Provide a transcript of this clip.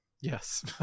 Yes